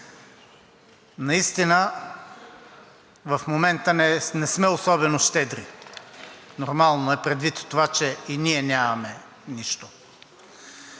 Наистина в момента не сме особено щедри. Нормално е предвид това, че и ние нямаме нищо.